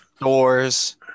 doors